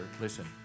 Listen